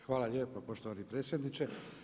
Hvala lijepo poštovani predsjedniče.